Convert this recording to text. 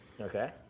Okay